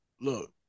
Look